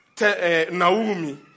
Naomi